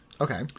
Okay